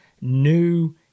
new